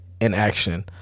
inaction